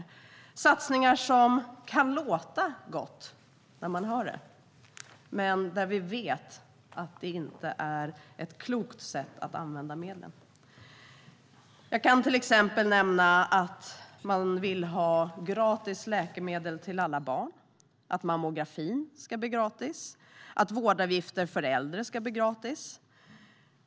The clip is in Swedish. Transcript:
Det är satsningar som kan låta bra när man hör om dem men som vi vet inte är ett klokt sätt att använda medlen. Jag kan till exempel nämna att man vill att läkemedel ska bli gratis för alla barn, att mammografin ska bli gratis och att vårdavgifter för äldre ska bli gratis.